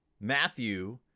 Matthew